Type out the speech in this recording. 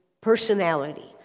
personality